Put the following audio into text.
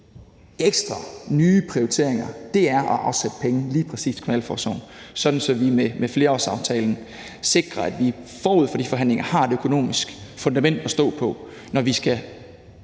stram finanslov handler om at afsætte penge til lige præcis kriminalforsorgen, sådan at vi med flerårsaftalen sikrer, at vi forud for de forhandlinger har et økonomisk fundament at stå på, når vi skal